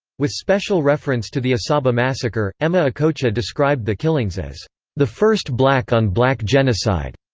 with special reference to the asaba massacre, emma okocha described the killings as the first black-on-black genocide.